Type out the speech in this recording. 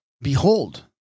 Behold